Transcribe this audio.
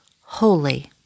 holy